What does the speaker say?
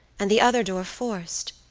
and the other door forced.